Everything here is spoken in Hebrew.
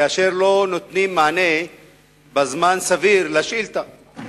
כאשר לא נותנים מענה לשאילתא בתוך זמן סביר.